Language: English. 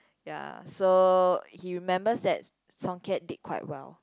ya so he remembers that Song-Kiat did quite well